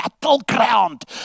battleground